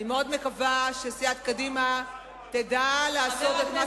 אני מאוד מקווה שסיעת קדימה תדע לעשות את מה